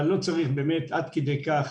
אבל לא צריך עד כדי כך.